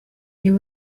gihe